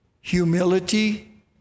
humility